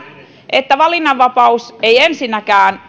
että valinnanvapaus ei ensinnäkään